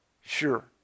Sure